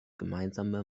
gemeinsame